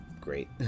great